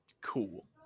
cool